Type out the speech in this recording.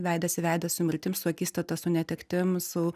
veidas į veidą su mirtim su akistata su netektim su